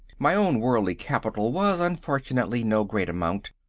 my own worldly capital was, unfortunately, no great amount.